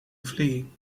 fleeing